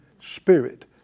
spirit